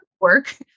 work